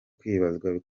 kwibazwa